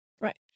Right